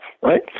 right